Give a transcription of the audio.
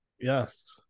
yes